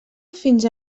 fins